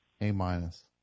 A-minus